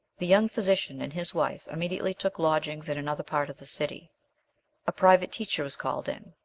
the young physician and his wife immediately took lodgings in another part of the city a private teacher was called in,